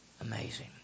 Amazing